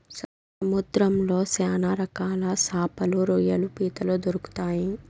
సముద్రంలో శ్యాన రకాల శాపలు, రొయ్యలు, పీతలు దొరుకుతాయి